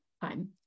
time